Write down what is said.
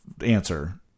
answer